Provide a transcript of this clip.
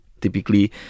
typically